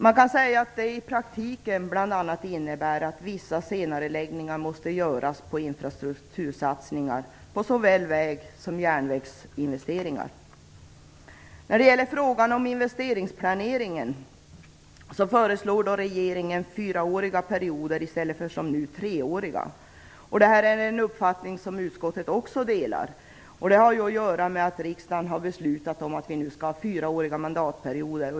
Det innebär i praktiken bl.a. att vissa senareläggningar måste göras av infrastruktursatsningar, och det gäller såväl väg som järnvägsinvesteringar. I fråga om investeringsplaneringen föreslår regeringen fyraåriga perioder i stället för som nu treåriga. Detta är en uppfattning som också utskottet delar. Det har att göra med att riksdagen har beslutat om fyraåriga mandatperioder.